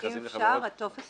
במכרזים לחברות --- אם אפשר, הטופס